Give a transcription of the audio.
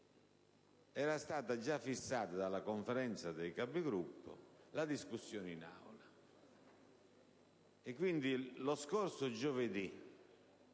era stata già fissata dalla Conferenza dei Capigruppo la discussione in Aula. Quindi, lo scorso giovedì